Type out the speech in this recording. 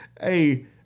Hey